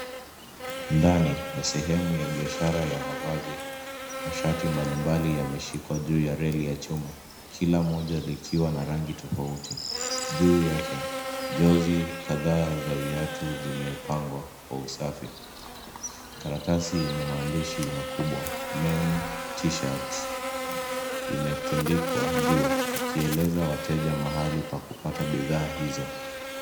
Ndani ya sehemu ya biashara ya mavazi, mashati mbalimbali yameshikwa juu ya reli ya chuma, kila moja likiwa na rangi tofauti. Juu yake, jozi kadha za viatu zimepangwa kwa usafi. Karatasi yenye maandishi makubwa men t-shirt imetundikwa juu ikieleza wateja mahali pa kupata bidhaa hizo.